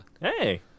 Hey